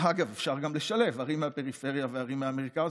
אגב, אפשר גם לשלב ערים מהפריפריה וערים מהמרכז.